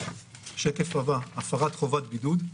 השקף הבא, הפרת חובת בידוד.